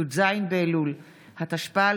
י"ז באלול התשפ"א,